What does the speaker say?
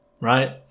right